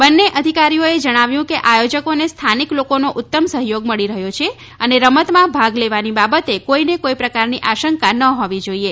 બંને અધિકારીઓએ જણાવ્યું કે આયોજકો ને સ્થાનિક લોકોનો ઉત્તમ સહયોગ મળી રહ્યો છે અને રમતમાં ભાગ લેવાની બાબતે કોઇને કોઇ પ્રકારની આશંકા ન હોવી જોઇએ